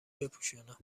بپوشانم